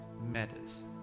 matters